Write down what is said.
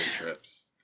trips